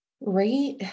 Right